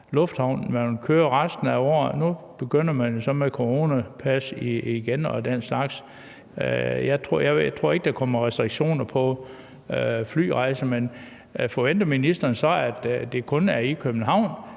Lufthavn, man vil køre det resten af året? Nu begynder man så med coronapas og den slags igen. Jeg tror ikke, der kommer restriktioner på flyrejser, men forventer ministeren så, at det kun er i København,